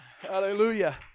Hallelujah